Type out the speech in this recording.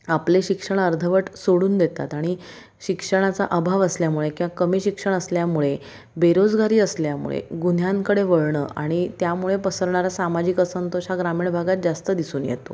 आपले शिक्षण अर्धवट सोडून देतात आणि शिक्षणाचा अभाव असल्यामुळे किंवा कमी शिक्षण असल्यामुळे बेरोजगारी असल्यामुळे गुन्ह्यांकडे वळणं आणि त्यामुळे पसरणारा सामाजिक असंतोष हा ग्रामीण भागात जास्त दिसून येतो